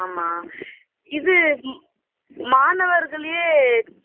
ஆமாம் இது ம் மாணவர்களையே